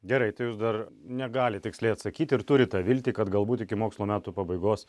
gerai tai jūs dar negalit tiksliai atsakyti ir turit tą viltį kad galbūt iki mokslo metų pabaigos